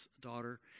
daughter